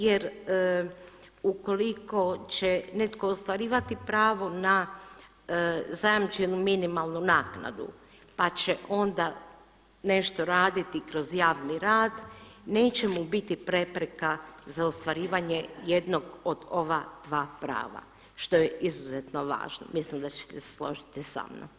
Jer ukoliko će netko ostvarivati pravo na zajamčenu minimalnu naknadu pa će onda nešto raditi kroz javni rad, neće mu biti prepreka za ostvarivanje jednog od ova dva prava što je izuzetno važno, mislim da ćete se složiti samnom.